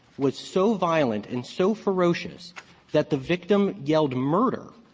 was so violent and so ferocious that the victim yelled murder,